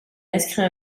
inscrit